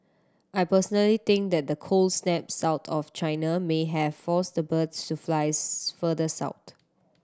I personally think that the cold snap south of China may have forced the birds to flies further south